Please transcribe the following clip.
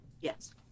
Yes